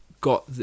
got